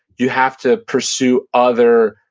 you have to pursue other,